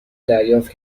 دریافت